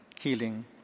healing